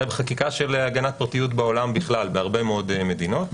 אלא בחקיקה של הגנת פרטיות בעולם בכלל בהרבה מאוד מקומות.